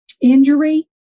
injury